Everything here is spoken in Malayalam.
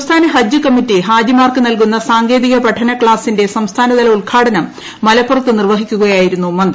സംസ്ഥാന ഹജ്ജ് കമ്മിറ്റി ഹാജിമാർക്ക് നൽകുന്ന സാങ്കേതിക പഠന ക്ലാസിന്റെ സംസ്ഥാനതല ഉദ്ഘാടനം മലപ്പുറത്ത് നിർവ്വഹിക്കുകയായിരുന്നു മന്ത്രി